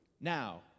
Now